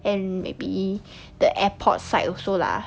and maybe the airport side also lah